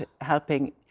helping